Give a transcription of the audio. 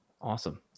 Awesome